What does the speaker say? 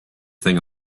thing